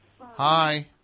Hi